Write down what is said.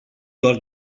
doar